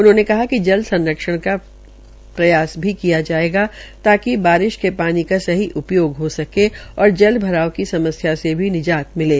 उन्होंने कहा कि जल संरक्षण का प्रचार भी किया जायेगा ताकि बारिश के पानी का सही उपयोग हो सके और जल भराव की समस्या से भी निजात मिले